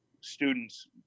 students